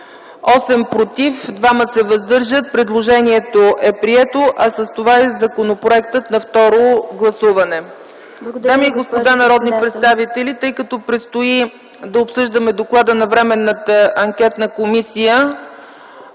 против 8, въздържали се 2. Предложението е прието, а с това и законопроектът на второ гласуване. Дами и господа народни представители, тъй като предстои да обсъждаме доклада на Временната анкетна комисия